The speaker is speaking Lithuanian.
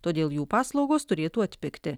todėl jų paslaugos turėtų atpigti